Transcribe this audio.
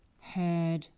heard